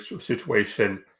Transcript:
situation